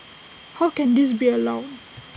how can this be allowed